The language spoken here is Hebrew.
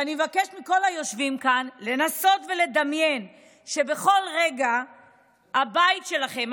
ואני מבקשת מכל היושבים כאן לנסות ולדמיין שבכל רגע הבית שלכם,